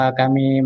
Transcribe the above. kami